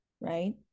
right